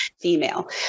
female